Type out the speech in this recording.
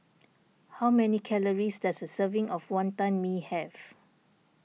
how many calories does a serving of Wonton Mee have